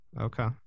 okay